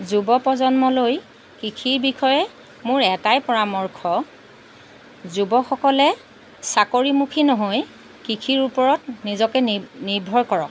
যুৱ প্ৰজন্মলৈ কৃষিৰ বিষয়ে মোৰ এটাই পৰামৰ্শ যুৱকসকলে চাকৰিমুখী নহৈ কৃষিৰ ওপৰত নিজকে নিৰ্ভৰ কৰক